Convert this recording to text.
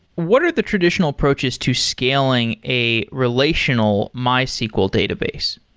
what are the traditional approaches to scaling a relational mysql database?